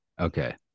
Okay